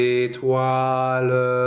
étoiles